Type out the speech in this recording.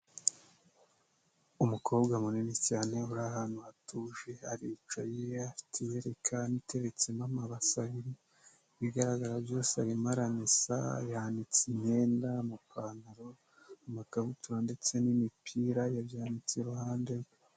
Umukobwa munini cyane uri ahantu hatuje aricaye afite ijerekani iteretsemo amabase abiri, ibigaragara byose arimo aramesa yanitse imyenda, amapantaro, amakabutura ndetse n'imipira, yabyanitse iruhande rwe.